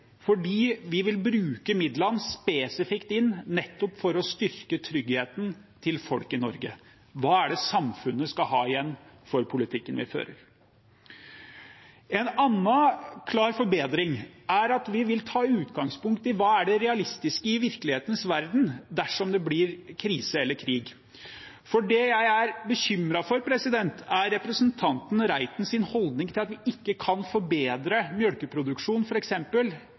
fordi vi vil bruke midlene spesifikt til nettopp å styrke tryggheten til folk i Norge – det samfunnet skal ha igjen for politikken vi fører. En annen klar forbedring er at vi vil ta utgangspunkt i hva som er realistisk i virkelighetens verden dersom det blir krise eller krig. Det jeg er bekymret for, er representanten Reitens holdning om at vi ikke kan forbedre